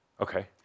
Okay